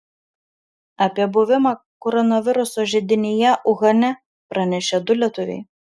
apie buvimą koronaviruso židinyje uhane pranešė du lietuviai